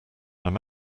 i’m